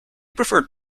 preferred